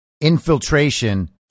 infiltration